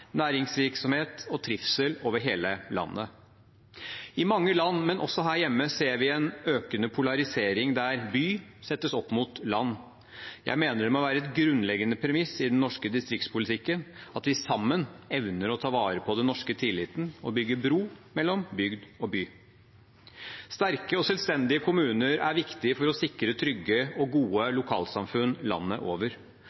næringsvirksomhet og trivsel over hele landet. I mange land, også her hjemme, ser vi en økende polarisering der by settes opp mot land. Jeg mener det må være et grunnleggende premiss i den norske distriktspolitikken at vi sammen evner å ta vare på den norske tilliten og bygger bro mellom bygd og by. Sterke og selvstendige kommuner er viktig for å sikre trygge og gode lokalsamfunn landet over. Den økonomiske situasjonen i norske kommuner er